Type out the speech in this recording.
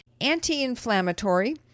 anti-inflammatory